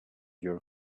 your